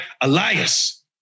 Elias